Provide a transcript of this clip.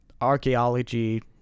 archaeology